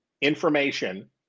information